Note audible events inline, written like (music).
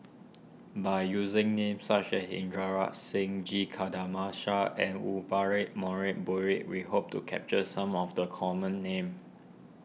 by using names such as Inderjit Singh G (unintelligible) and Wumphrey more ray (unintelligible) we hope to capture some of the common names